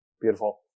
Beautiful